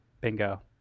Bingo